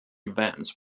events